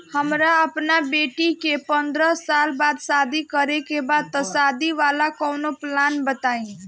हमरा अपना बेटी के पंद्रह साल बाद शादी करे के बा त शादी वाला कऊनो प्लान बताई?